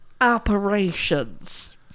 operations